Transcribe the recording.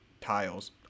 tiles